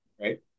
right